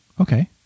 okay